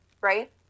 right